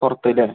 പുറത്ത് ഇല്ലേ